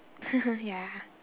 ya